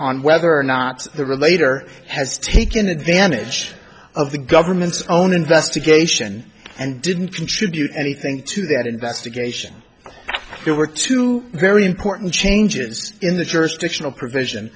on whether or not the relator has taken advantage of the government's own investigation and didn't contribute anything to that investigation there were two very important changes in the jurisdiction